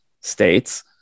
States